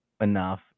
enough